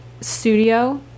Studio